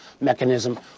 mechanism